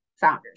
founders